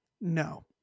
No